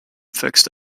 fixed